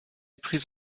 prise